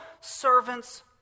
servants